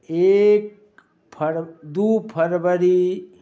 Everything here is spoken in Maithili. एक फर दुइ फरवरी